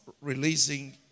releasing